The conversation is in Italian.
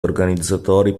organizzatori